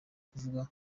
bakavuga